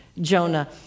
Jonah